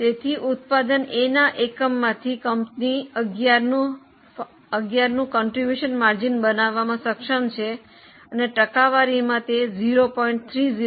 તેથી ઉત્પાદન એ ના એકમમાંથી કંપની 11 નું ફાળોનો ગાળો બનાવવામાં સક્ષમ છે અને ટકાવારીમાં તે 0